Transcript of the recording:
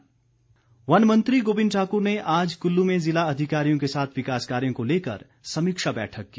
गोबिंद ठाक्र वन मंत्री गोबिंद ठाकुर ने आज कुल्लू में ज़िला अधिकारियों के साथ विकास कार्यों को लेकर समीक्षा बैठक की